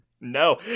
No